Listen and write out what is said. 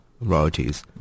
royalties